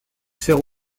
sert